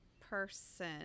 person